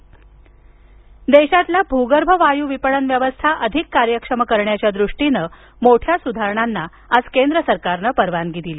मंत्रिमंडळ निर्णय देशातील भूगर्भ वायू विपणन व्यवस्था अधिक कार्यक्षम करण्याच्या द्रष्टीनं मोठ्या सुधारणांना आज केंद्र सरकारनं परवानगी दिली